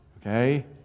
Okay